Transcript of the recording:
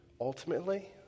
ultimately